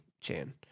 Chan